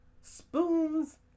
spoons